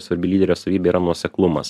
svarbi lyderio savybė yra nuoseklumas